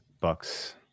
Bucks